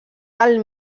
del